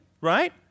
right